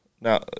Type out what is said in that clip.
Now